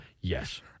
Yes